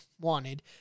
wanted